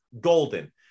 golden